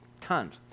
tons